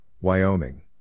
Wyoming